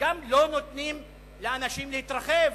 וגם לא נותנים לאנשים להתרחב,